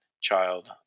child